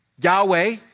Yahweh